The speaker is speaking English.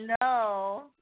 no